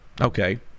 Okay